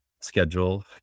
schedule